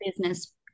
business